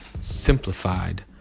Simplified